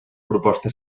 proposta